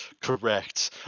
Correct